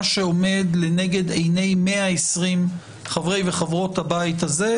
מה שעומד לנגד עיני 120 חברי וחברות הבית הזה,